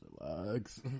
relax